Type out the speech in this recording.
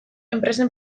enpresen